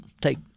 take